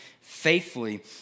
faithfully